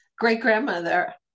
great-grandmother